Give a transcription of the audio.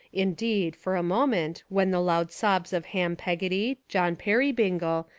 indeed for a moment when the loud sobs of ham peggotty, john perrybingle,